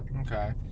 Okay